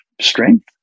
strength